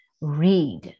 read